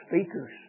speakers